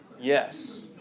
Yes